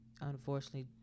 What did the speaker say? Unfortunately